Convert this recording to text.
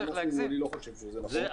אני חושב שזה לא נכון.